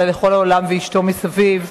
אלא לכל העולם ואשתו מסביב.